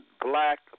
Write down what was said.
Black